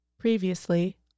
Previously